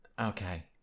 Okay